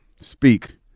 speak